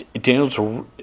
Daniel's